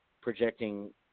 projecting